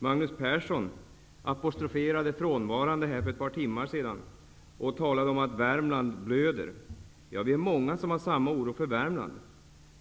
Magnus Persson apostroferade frånvarande här för ett par timmar sedan och talade om att Värmland blöder. Ja, det är många som hyser samma oro för Värmland.